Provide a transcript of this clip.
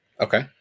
Okay